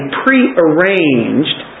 prearranged